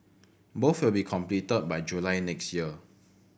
both will be completed by July next year